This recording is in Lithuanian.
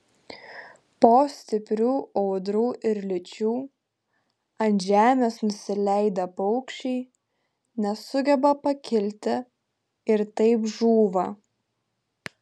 po stiprių audrų ir liūčių ant žemės nusileidę paukščiai nesugeba pakilti ir taip žūva